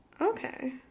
okay